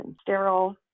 sterile